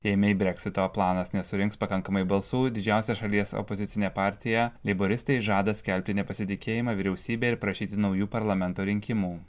jei mei breksito planas nesurinks pakankamai balsų didžiausia šalies opozicinė partija leiboristai žada skelbti nepasitikėjimą vyriausybe ir prašyti naujų parlamento rinkimų